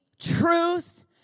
truth